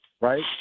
right